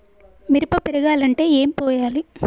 మిరప పెరగాలంటే ఏం పోయాలి?